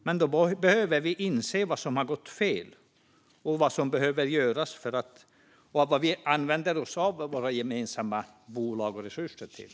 Men då behöver vi inse vad som har gått fel och vad som behöver göras och vad vi använder våra gemensamma bolag och resurser till.